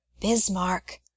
Bismarck